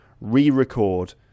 Re-record